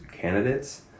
candidates